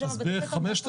אז בערך 5,000?